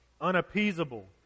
unappeasable